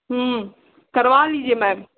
हम्म करवा लीजिए मैम